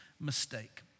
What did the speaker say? mistake